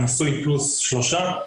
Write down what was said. אני נשוי פלוס שלושה,